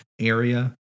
area